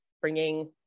bringing